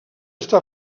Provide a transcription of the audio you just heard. està